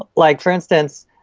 like, for instance,